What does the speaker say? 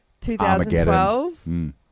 2012